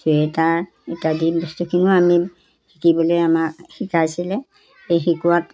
sweater ইত্যাদি বস্তুখিনিও আমি শিকিবলৈ আমাৰ শিকাইছিলে এই শিকোৱাত